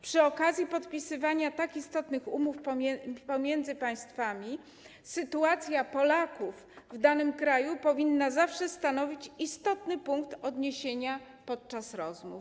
Przy okazji podpisywania tak istotnych umów pomiędzy państwami sytuacja Polaków w danym kraju powinna zawsze stanowić istotny punkt odniesienia podczas rozmów.